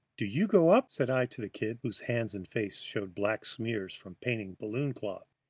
do you go up? said i to the kid, whose hands and face showed black smears from painting balloon-cloth.